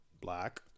black